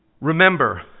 Remember